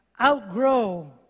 outgrow